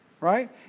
Right